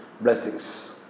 blessings